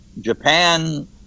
Japan